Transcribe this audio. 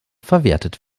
verwertet